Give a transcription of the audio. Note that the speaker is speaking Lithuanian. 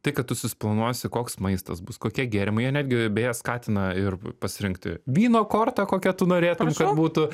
tai kad tu susiplanuosi koks maistas bus kokie gėrimai jie netgi beje skatina ir pasirinkti vyno kortą kokią tu norėtum kad būtų